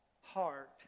heart